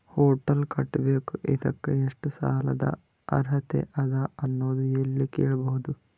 Hotel ಕಟ್ಟಬೇಕು ಇದಕ್ಕ ಎಷ್ಟ ಸಾಲಾದ ಅರ್ಹತಿ ಅದ ಅನ್ನೋದು ಎಲ್ಲಿ ಕೇಳಬಹುದು?